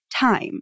time